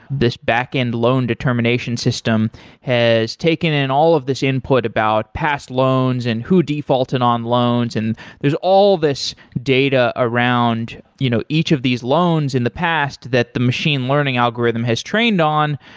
this back-end loan determination system has taken in all of this input about past loans and who defaulted on loans. and there's all this data around you know each of these loans in the past that the machine learning algorithm has trained on,